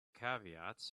caveats